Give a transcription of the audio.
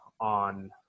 on